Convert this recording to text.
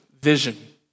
vision